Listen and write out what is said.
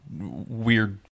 weird